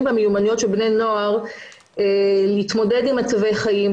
והמיומנויות של בני נוער להתמודד עם מצבי חיים,